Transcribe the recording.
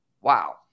Wow